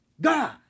God